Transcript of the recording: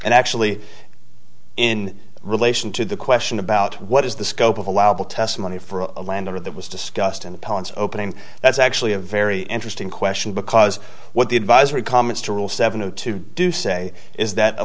and actually in relation to the question about what is the scope of allowable testimony for a landowner that was discussed in the opening that's actually a very interesting question because what the advisory comments to rule seven two to do say is that a